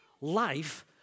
life